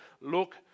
look